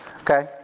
Okay